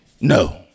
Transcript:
No